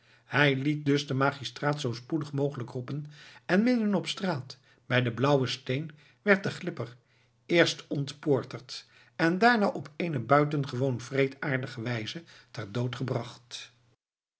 hij liet dus den magistraat zoo spoedig mogelijk roepen en midden op straat bij den blauwen steen werd de glipper eerst ontpoorterd en daarna op eene buitengewoon wreedaardige wijze terdood gebracht